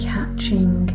Catching